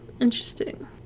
Interesting